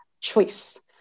choice